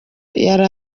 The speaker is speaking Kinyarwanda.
yari